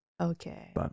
okay